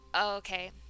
okay